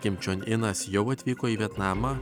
kim čion inas jau atvyko į vietnamą